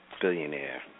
billionaire